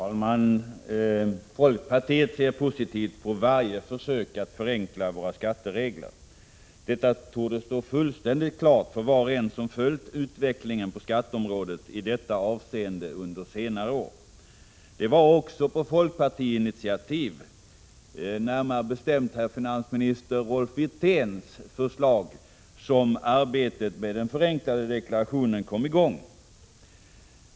Herr talman! Folkpartiet ser positivt på varje försök att förenkla våra skatteregler. Detta torde stå fullständigt klart för var och en som följt utvecklingen på skatteområdet i detta avseende under senare år. Det var på folkpartiinitiativ, närmare bestämt från finansminister Wirtén, som arbetet med den förenklade deklarationen kom i gång.